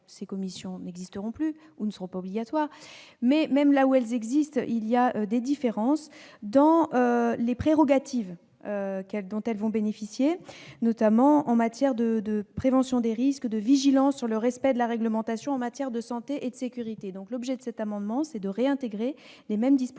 ces commissions n'existeront plus ou ne seront pas obligatoires, mais, même là où elles existeront, il y aura des différences dans les prérogatives dont elles vont bénéficier, notamment en matière de prévention des risques et de vigilance sur le respect de la réglementation en matière de santé et de sécurité. L'objet de cet amendement est donc de réintégrer toutes les dispositions